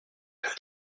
peu